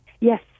Yes